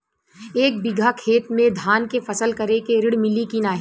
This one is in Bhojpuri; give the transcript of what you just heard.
एक बिघा खेत मे धान के फसल करे के ऋण मिली की नाही?